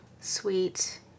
sweet